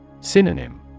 Synonym